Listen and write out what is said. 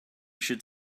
should